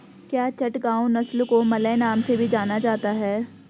क्या चटगांव नस्ल को मलय नाम से भी जाना जाता है?